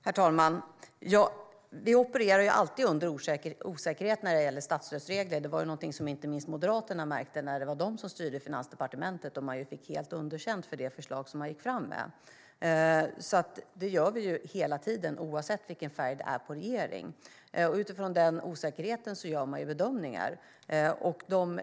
Herr talman! Vi opererar alltid under osäkerhet när det gäller statsstödsregler. Det märkte inte minst Moderaterna när de styrde på Finansdepartementet och fick helt underkänt för det förslag de gick fram med. Det gör vi alltså hela tiden, oavsett färg på regeringen. Utifrån den osäkerheten gör man bedömningar.